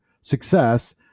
success